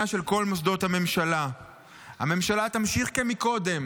של כל מוסדות הממשלה --- הממשלה תמשיך כמקודם